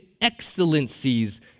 excellencies